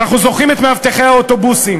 ואנחנו זוכרים את מאבטחי האוטובוסים,